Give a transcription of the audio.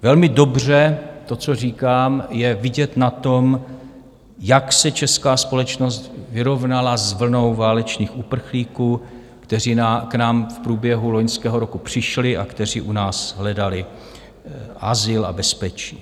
Velmi dobře to, co říkám, je vidět na tom, jak se česká společnost vyrovnala s vlnou válečných uprchlíků, kteří k nám v průběhu loňského roku přišli a kteří u nás hledali azyl a bezpečí.